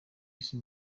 isi